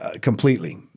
completely